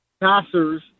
passers